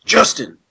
Justin